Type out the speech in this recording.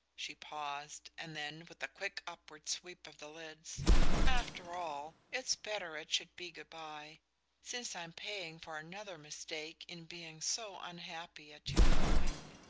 she paused, and then, with a quick upward sweep of the lids after all, it's better it should be good-bye since i'm paying for another mistake in being so unhappy at your going.